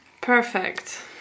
Perfect